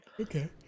Okay